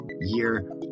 year